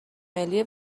ملی